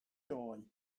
sioe